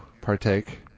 partake